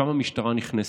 שם המשטרה נכנסת.